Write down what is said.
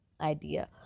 idea